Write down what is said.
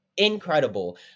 incredible